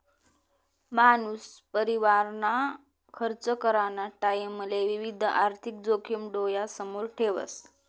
मानूस परिवारना खर्च कराना टाईमले विविध आर्थिक जोखिम डोयासमोर ठेवस